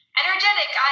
energetic